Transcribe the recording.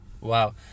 Wow